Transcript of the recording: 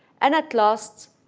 and, at last,